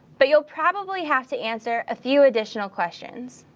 but you'll probably have to answer a few additional questions.